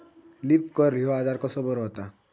Leaf curl ह्यो आजार कसो बरो व्हता?